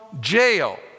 jail